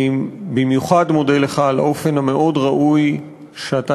אני במיוחד מודה לך על האופן המאוד-ראוי שבו אתה